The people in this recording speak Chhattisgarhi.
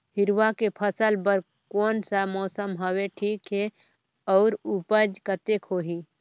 हिरवा के फसल बर कोन सा मौसम हवे ठीक हे अउर ऊपज कतेक होही?